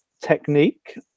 technique